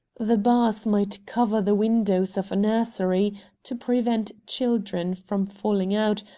the bars might cover the windows of a nursery to prevent children from falling out,